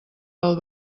del